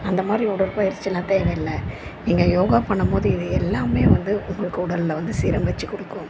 அந்தமாதிரி உடற்பயிற்சியெல்லாம் தேவை இல்லை நீங்கள் யோகா பண்ணும் போது இது எல்லாமே வந்து உங்களுக்கு உடலில் வந்து சீர் அமைத்து கொடுக்கும்